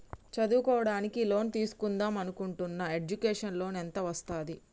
చదువుకోవడానికి లోన్ తీస్కుందాం అనుకుంటున్నా ఎడ్యుకేషన్ లోన్ ఎంత వస్తది?